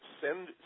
send